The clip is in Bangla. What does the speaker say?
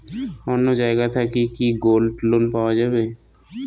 অন্য জায়গা থাকি কি গোল্ড লোন পাওয়া যাবে?